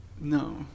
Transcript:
No